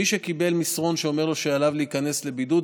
מי שקיבל מסרון שאומר שעליו להיכנס לבידוד,